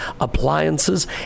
appliances